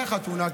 אחרי החתונה,